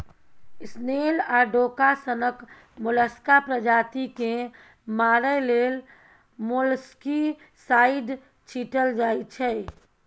snail आ डोका सनक मोलस्का प्रजाति केँ मारय लेल मोलस्कीसाइड छीटल जाइ छै